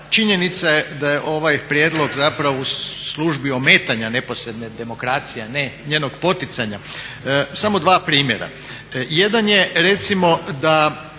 činjenica je da je ovaj prijedlog zapravo u službi ometanja neposredne demokracije, a ne njenog poticanja. Samo dva primjera. Jedan je recimo da